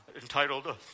entitled